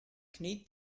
knie